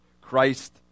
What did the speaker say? Christ